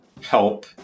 help